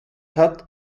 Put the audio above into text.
hat